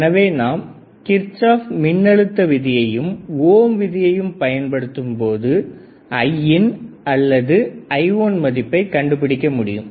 எனவே நாம் கிரிச்ஷாப் மின்னழுத்த விதியையும் ஓம் விதியையும் பயன்படுத்தும்போது Iin அல்லது I1 மதிப்பை கண்டுபிடிக்க முடியும்